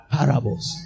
Parables